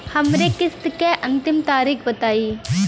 हमरे किस्त क अंतिम तारीख बताईं?